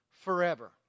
Forever